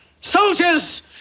Soldiers